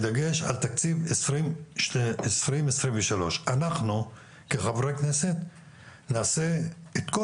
בדגש על תקציב 2023. אנחנו כחברי כנסת נעשה את כל